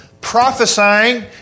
prophesying